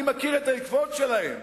אני מכיר את העקבות שלהם.